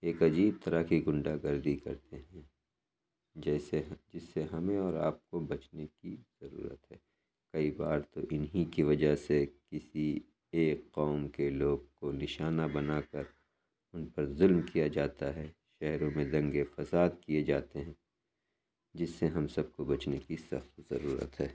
ایک عجیب طرح کی گُنڈا گردی کرتے ہیں جیسے جس سے ہمیں اور آپ کو بچنے کی ضرورت ہے کئی بار تو اِنہی کی وجہ سے کسی ایک قوم کے لوگ کو نشانہ بنا کر اُن پر ظلم کیا جاتا ہے شہروں میں دنگے فساد کئے جاتے ہیں جس سے ہم سب کو بچنے کی سخت ضرورت ہے